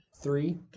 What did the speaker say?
three